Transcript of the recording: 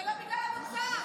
זה לא בגלל המוצא,